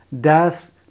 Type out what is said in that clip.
death